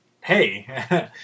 Hey